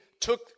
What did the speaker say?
took